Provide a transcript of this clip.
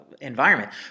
environment